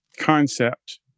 concept